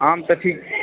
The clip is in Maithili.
आम तऽ ठीक